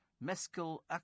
mescal